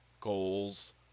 goals